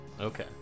Okay